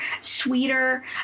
sweeter